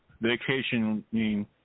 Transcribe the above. vacationing